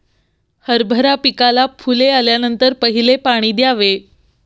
हरभरा पिकाला फुले आल्यानंतर पहिले पाणी द्यावे